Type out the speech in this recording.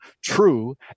true